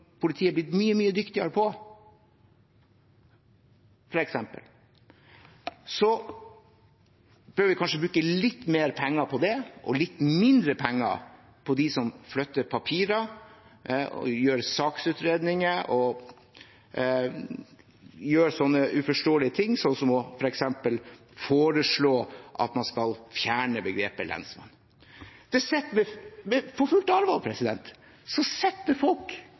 politiet er blitt mye, mye dyktigere på – da bør vi kanskje bruke litt mer penger på det og litt mindre penger på dem som flytter papirer og gjør saksutredninger og slike uforståelige ting som f.eks. å foreslå at man skal fjerne begrepet «lensmann». I fullt alvor sitter det folk i Politidirektoratet og jobber med